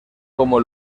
como